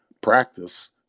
practice